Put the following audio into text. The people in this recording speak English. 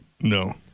no